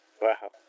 Wow